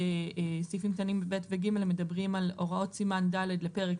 סעיפים קטנים (ב) ו-(ג) מדברים על הוראות סימן ד' לפרק